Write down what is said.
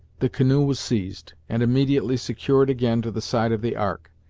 the canoe was seized, and immediately secured again to the side of the ark.